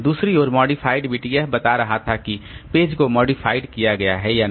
दूसरे और modified bit यह बता रहा था कि पेज को मॉडिफाइड किया गया है या नहीं